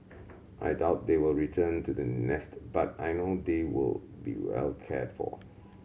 I doubt they will return to the nest but I know they will be well cared for